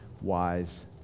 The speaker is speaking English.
wise